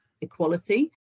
equality